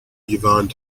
yvonne